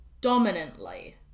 dominantly